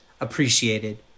appreciated